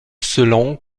selon